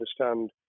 understand